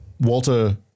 Walter